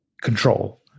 control